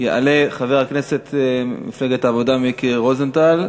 יעלה חבר הכנסת ממפלגת העבודה מיקי רוזנטל.